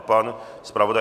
Pan zpravodaj?